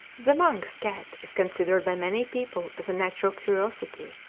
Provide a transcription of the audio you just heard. the manx cat is considered by many people as a natural curiosity.